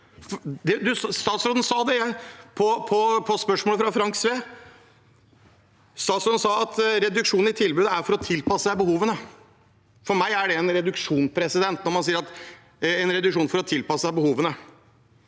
Statsråden sa det på spørsmål fra Frank Sve. Statsråden sa at reduksjonen i tilbudet er for å tilpasse seg behovene. For meg er det en reduksjon når man sier det – en reduksjon for å tilpasse seg behovene.